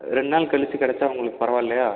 ரெண்டு நாள் கழிச்சு கிடைச்சா உங்களுக்கு பரவாயில்லையா